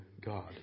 God